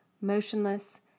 motionless